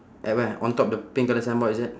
at where on top the pink colour signboard is it